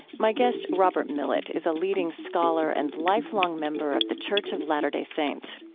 my guest, robert millet, is a leading scholar and lifelong member of the church of latter-day saints.